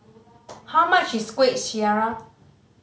how much is Kuih Syara